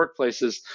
workplaces